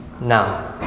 now